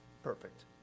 Perfect